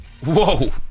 whoa